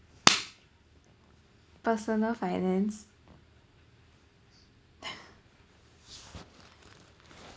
personal finance